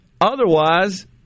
otherwise